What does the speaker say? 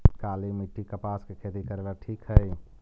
काली मिट्टी, कपास के खेती करेला ठिक हइ?